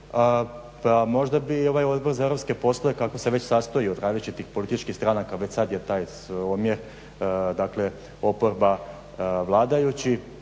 možda bi ovaj Odbor za europske poslove kako se već sastoji od različitih političkih stranaka, već sada je taj omjer, dakle oporba, vladajući,